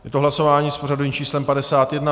Je to hlasování s pořadovým číslem 51.